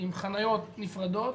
עם חניות נפרדות,